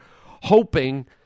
hoping